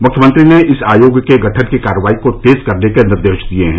मुख्यमंत्री ने इस आयोग के गठन की कार्यवाही को तेज करने के निर्देश दिए हैं